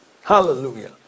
Hallelujah